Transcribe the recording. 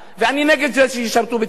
ואני נגד זה שישרתו בצה"ל,